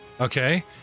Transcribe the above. okay